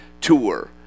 Tour